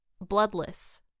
bloodless